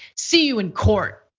see you in court.